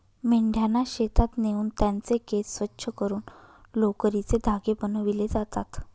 मेंढ्यांना शेतात नेऊन त्यांचे केस स्वच्छ करून लोकरीचे धागे बनविले जातात